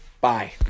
bye